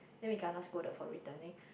then we kena scolded for returning